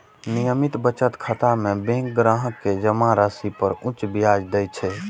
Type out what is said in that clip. नियमित बचत खाता मे बैंक ग्राहक कें जमा राशि पर उच्च ब्याज दै छै